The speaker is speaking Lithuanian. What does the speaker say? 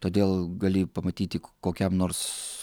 todėl gali pamatyti k kokiam nors